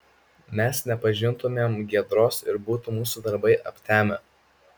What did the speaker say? mes nepažintumėm giedros ir būtų mūsų darbai aptemę